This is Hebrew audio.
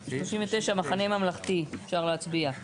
סעיף 42. אני מבקשת לטעון.